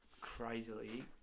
crazily